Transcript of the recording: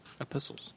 Epistles